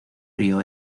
río